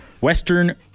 Western